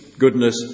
goodness